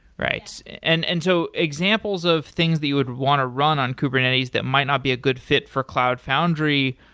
right. and and so examples of things that you would want to run on kubernetes that might not be a good fit for cloud foundry,